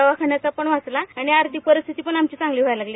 दवाखान्याचा पण वाचला आणि आर्थिक परिस्थिती पण आमची चांगली व्हायला लागली